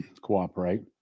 cooperate